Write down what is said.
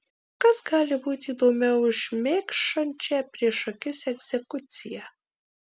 kas gali būti įdomiau už šmėkšančią prieš akis egzekuciją